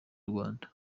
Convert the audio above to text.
rwanda